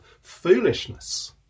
foolishness